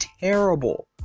terrible